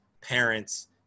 parents